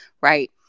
right